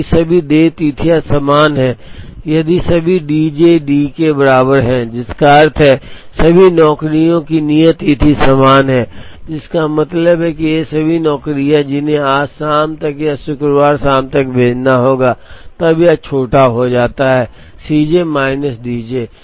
अब यदि सभी देय तिथियां समान हैं यदि सभी डी जे डी के बराबर हैं जिसका अर्थ है कि सभी नौकरियों की नियत तिथि समान है जिसका मतलब है कि ये सभी नौकरियां हैं जिन्हें आज शाम तक या शुक्रवार शाम तक भेजना होगा तब यह छोटा हो जाता है सी जे माइनस डी